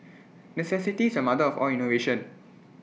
necessity is the mother of all innovation